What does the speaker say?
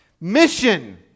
Mission